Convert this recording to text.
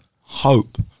hope